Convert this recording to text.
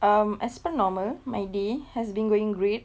um as per normal my day has been going great